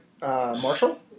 Marshall